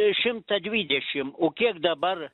šimtą dvidešimt o kiek dabar